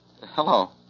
hello